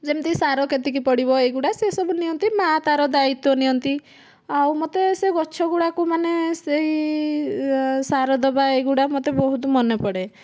ଯେମିତି ସାର କେତିକି ପଡ଼ିବ ଏଇଗୁଡ଼ା ସେ ସବୁ ନିଅନ୍ତି ମା ତା'ର ଦାୟିତ୍ଵ ନିଅନ୍ତି ଆଉ ମୋତେ ସେ ଗଛଗୁଡ଼ାକ ମାନେ ସେହି ସାର ଦେବା ଏହି ଗୁଡ଼ାକ ମୋତେ ବହୁତ ମନେ ପଡ଼େ